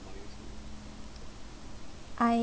I